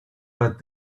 but